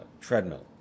treadmill